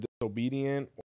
disobedient